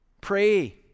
Pray